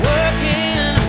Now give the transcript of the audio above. Working